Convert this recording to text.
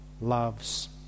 loves